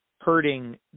hurting